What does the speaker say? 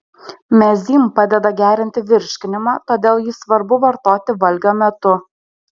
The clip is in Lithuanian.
mezym padeda gerinti virškinimą todėl jį svarbu vartoti valgio metu